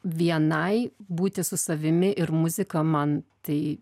vienai būti su savimi ir muzika man tai